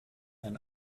ein